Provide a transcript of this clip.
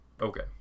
Okay